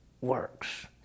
works